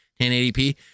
1080p